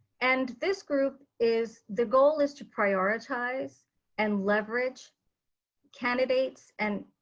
and this group is, the goal is to prioritize and leverage candidates, and